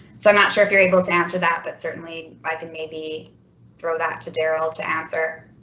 so i'm not sure if you're able to answer that, but certainly i can maybe throw that to darrell to answer.